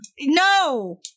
No